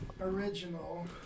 original